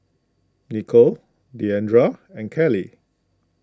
Nikko Deandra and Kaley